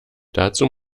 dazu